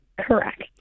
Correct